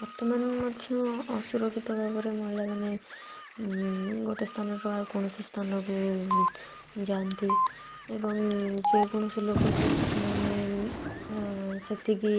ବର୍ତ୍ତମାନ ମଧ୍ୟ ଅସୁରକ୍ଷିତ ଭାବରେ ମହିଳାମାନେ ଗୋଟେ ସ୍ଥାନରୁ ଆଉ କୌଣସି ସ୍ଥାନକୁ ଯାଆନ୍ତି ଏବଂ ଯେକୌଣସି ଲୋକ ସହିତ ସେମାନେ ସେତିକି